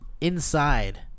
inside